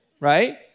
Right